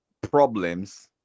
problems